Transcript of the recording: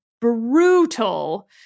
brutal